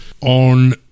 on